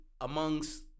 amongst